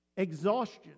exhaustion